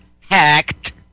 hacked